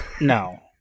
No